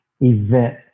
event